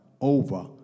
over